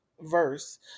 verse